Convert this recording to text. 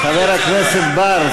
חבר הכנסת בר,